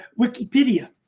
Wikipedia